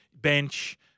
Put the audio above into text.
bench